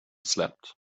slept